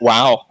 Wow